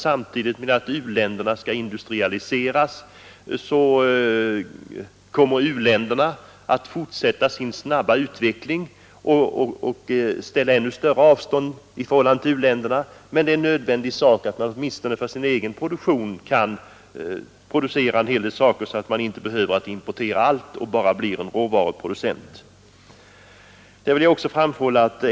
Samtidigt som u-länderna skall industrialiseras kommer i-länderna att fortsätta sin snabba utveckling och vidga avståndet till u-länderna. Men det är nödvändigt att u-länderna åtminstone för sin egen konsumtion kan producera en hel del varor så att de inte behöver importera allt.